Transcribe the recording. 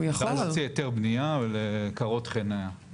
צריך להוציא היתר בנייה ולקרות חנייה.